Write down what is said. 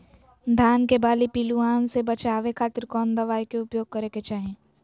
धान के बाली पिल्लूआन से बचावे खातिर कौन दवाई के उपयोग करे के चाही?